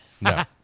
No